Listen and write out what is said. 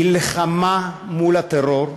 מלחמה מול הטרור,